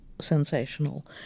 sensational